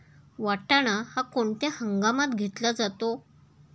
वाटाणा हा कोणत्या हंगामात घेतला जातो?